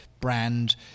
brand